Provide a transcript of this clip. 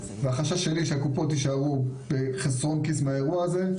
והחשש שלי שהקופות יישארו בחסרון כיס מהאירוע הזה,